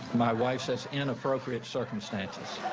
my wife says, inappropriate circumstances.